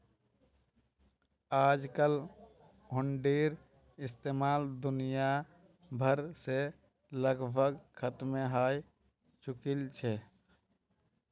आजकल हुंडीर इस्तेमाल दुनिया भर से लगभग खत्मे हय चुकील छ